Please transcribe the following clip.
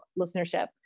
listenership